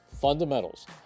fundamentals